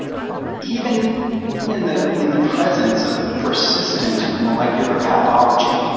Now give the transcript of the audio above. even in the in the presence of a persistent molecular pathology,